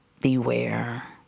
Beware